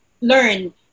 learn